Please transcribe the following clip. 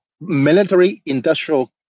military-industrial